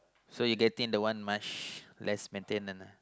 so you getting the one much less maintenance ah